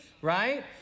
right